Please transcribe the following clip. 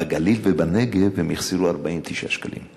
בגליל ובנגב הם החזירו 49 שקלים.